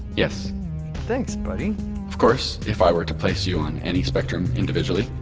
yes thanks, buddy of course, if i were to place you on any spectrum individually,